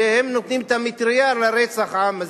שהן נותנות את המטרייה לרצח העם הזה.